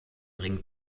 ring